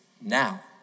now